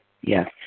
Yes